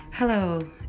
Hello